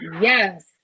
Yes